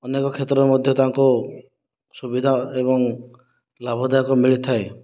ଅନେକ କ୍ଷେତ୍ରରେ ମଧ୍ୟ ତାଙ୍କୁ ସୁବିଧା ଏବଂ ଲାଭଦାୟକ ମିଳିଥାଏ